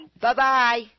Bye-bye